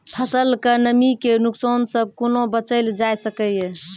फसलक नमी के नुकसान सॅ कुना बचैल जाय सकै ये?